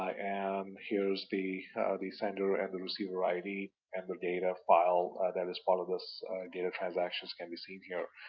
ah and here's the the sender and the receiver id, and the data file that is part of this data transaction can be seen here.